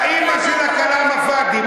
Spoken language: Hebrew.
האימא של הכלאם פאד'י?